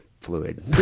fluid